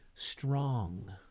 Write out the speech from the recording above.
strong